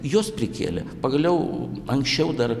jos prikėlė pagaliau anksčiau dar